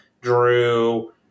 Drew